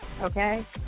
Okay